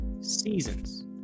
seasons